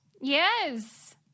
Yes